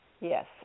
Yes